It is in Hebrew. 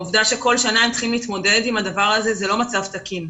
העובדה שכל שנה הם צריכים להתמודד עם הדבר הזה היא לא מצב תקין.